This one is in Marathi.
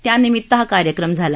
त्यानिमित्त हा कार्यक्रम झाला